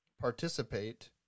participate